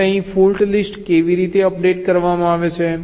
હવે અહીં fault list કેવી રીતે અપડેટ કરવામાં આવે છે